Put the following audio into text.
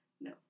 No